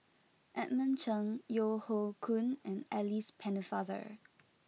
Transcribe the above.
Edmund Cheng Yeo Hoe Koon and Alice Pennefather